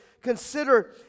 Consider